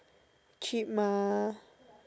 cheap mah